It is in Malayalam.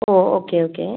oh okay okay